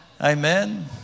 amen